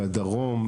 הדרום,